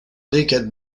lesquelles